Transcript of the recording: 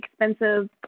expensive